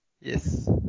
Yes